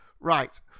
Right